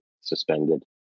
suspended